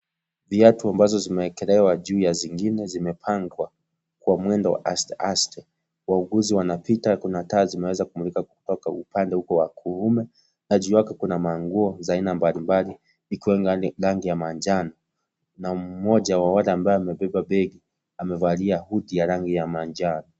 Viatu ambazo zimeekelewa juu ya zingine zimepangwa kwa mwendo wa aste aste , wauguzi wanapita kuna taa zimeweza kumulika kutoka upande uko wa kuume na juu yake kuna manguo za aina mbali mbali ikiwa rangi ya manjano na mmoja wa wale ambaye amebeba begi amevalia hoodie ya rangi ya manjano.